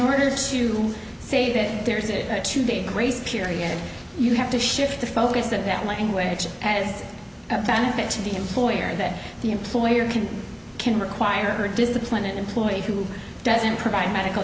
orders to say that there is it a two day grace period you have to shift the focus of that language as a benefit to the employer that the employer can can require discipline an employee who doesn't provide medical